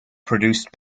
produced